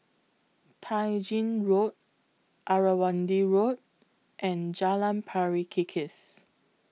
Tai Gin Road Irrawaddy Road and Jalan Pari Kikis